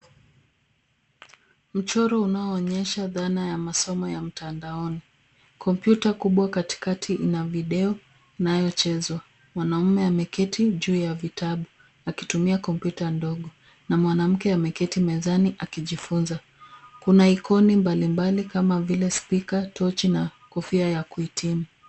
Mchoro unaoonyesha dhana ya masomo mtandaoni. Kompyuta kubwa katikati ina video inayochezwa. Mwanaume ameketi juu ya vitabu akitumia kompyuta ndogo na mwanamke ameketi mezani akijifunza. Kuna aikoni mbalimbali kama vile spika, tochi, na kofia ya kuhitimu.